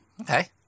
Okay